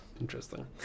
Interesting